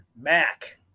Mac